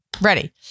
Ready